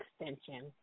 extension